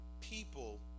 people